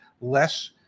less